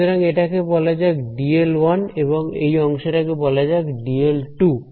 সুতরাং এটাকে বলা যাক dl1 এবং এই অংশটা কে বলা যাক dl2